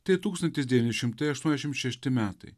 tai tūkstantis devyni šimtai aštuoniasdešimt šešti metai